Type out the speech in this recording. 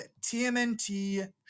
TMNT